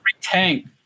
tank